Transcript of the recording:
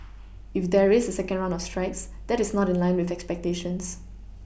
if there is a second round of strikes that is not in line with expectations